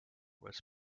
was